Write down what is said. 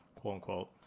quote-unquote